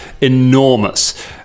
enormous